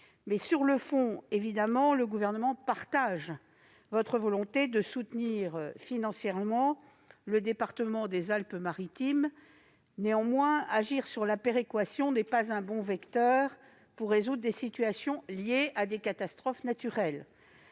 Sur le fond, le Gouvernement partage votre volonté de soutenir financièrement le département des Alpes-Maritimes. Néanmoins, agir sur la péréquation n'est pas un bon vecteur pour résoudre des situations liées à des catastrophes naturelles.